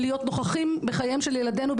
להיות נוכחים בחייהם של ילדינו,